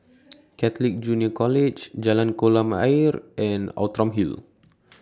Catholic Junior College Jalan Kolam Ayer and Outram Hill